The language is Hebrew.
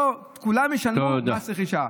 כולם ישלמו מס רכישה.